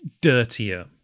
dirtier